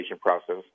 process